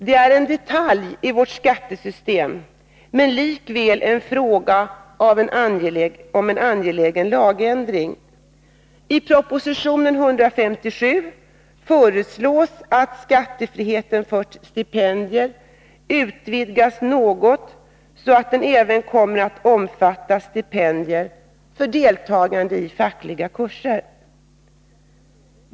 Det är en detalj i vårt skattesystem, men likväl en fråga om en angelägen lagändring. I proposition 1982/83:157 föreslås att skattefriheten för stipendier utvidgas något, så att den även kommer att omfatta stipendier för deltagande i fackliga kurser.